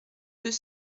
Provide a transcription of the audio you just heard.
deux